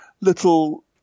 little